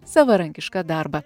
savarankišką darbą